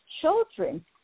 children